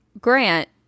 Grant